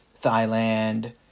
Thailand